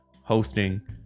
hosting